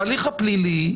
בהליך הפלילי,